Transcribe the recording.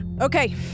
Okay